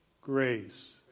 grace